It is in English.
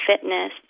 fitness